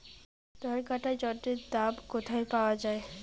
ধান কাটার যন্ত্রের দাম কোথায় পাওয়া যায়?